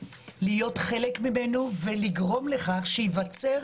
להיות חלק ממנו ולגרום לכך שייווצר